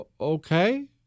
okay